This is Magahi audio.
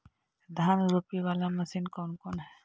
धान रोपी बाला मशिन कौन कौन है?